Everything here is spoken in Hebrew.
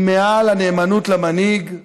היא מעל הנאמנות למנהיג,